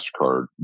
MasterCard